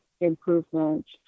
improvements